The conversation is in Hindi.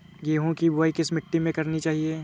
गेहूँ की बुवाई किस मिट्टी में करनी चाहिए?